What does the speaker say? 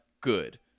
good